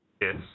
Yes